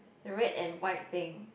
the red and white thing